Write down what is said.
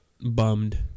bummed